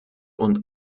und